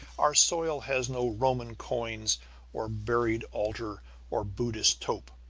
our soil has no roman coin or buried altar or buddhist tope.